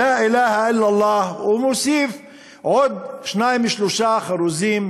לא אילה אילא אללה,) ומוסיף עוד שניים-שלושה חרוזים,